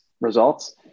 results